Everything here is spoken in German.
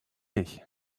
ich